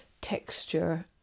texture